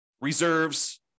reserves